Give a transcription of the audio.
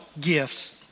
gifts